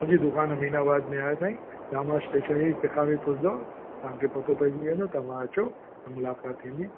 मुंहिंजी दुकानु अमीनाबाद में आहे साईं रामा स्टेशनरी कंहिं खां बि पुछंदव तव्हांखे पतो पइजी वेंदो तव्हां अचो त मुलाक़ात थींदी